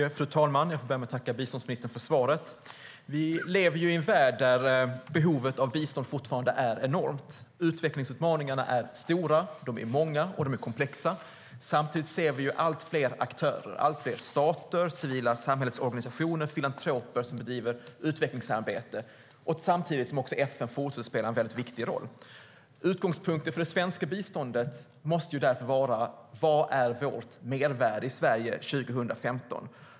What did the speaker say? Fru talman! Jag får börja med att tacka biståndsministern för svaret. Vi lever i en värld där behovet av bistånd fortfarande är enormt. Utvecklingsutmaningarna är stora, många och komplexa. Samtidigt ser vi allt fler aktörer - allt fler stater, civila samhällsorganisationer och filantroper - som bedriver utvecklingsarbete. Samtidigt måste FN fortsätta att spela en viktig roll. Utgångspunkten för det svenska biståndet måste vara: Vad är vårt mervärde i Sverige 2015?